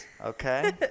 Okay